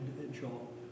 individual